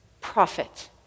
profit